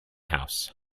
house